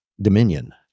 dominion